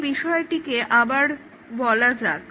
এই বিষয়টি আবার বলা যাক